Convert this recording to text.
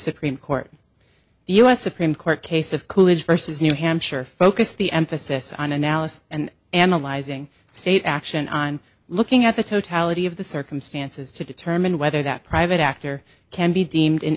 supreme court the u s supreme court case of coolidge versus new hampshire focus the emphasis on analysis and analyzing state action on looking at the totality of the circumstances to determine whether that private actor can be deemed an